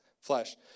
flesh